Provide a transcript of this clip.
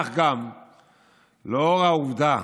גם העובדה